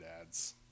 ads